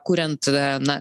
kuriant na